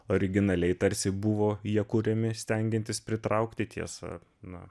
originaliai tarsi buvo jie kuriami stengiantis pritraukti tiesa na